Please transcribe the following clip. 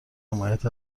حمایت